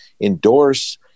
endorse